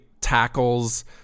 tackles